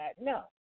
No